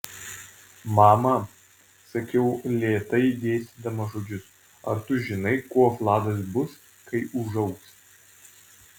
mama sakiau lėtai dėstydama žodžius ar tu žinai kuo vladas bus kai užaugs